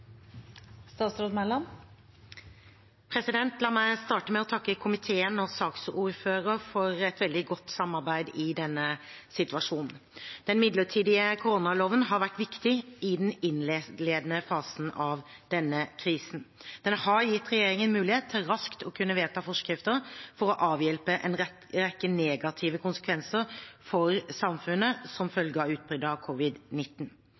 La meg starte med å takke komiteen og saksordføreren for et veldig godt samarbeid i denne situasjonen. Den midlertidige koronaloven har vært viktig i den innledende fasen av denne krisen. Den har gitt regjeringen mulighet til raskt å kunne vedta forskrifter for å avhjelpe en rekke negative konsekvenser for samfunnet som